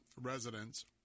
residents